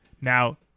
Now